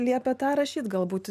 liepė tą rašyt galbūt